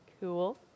Cool